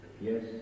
yes